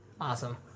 Awesome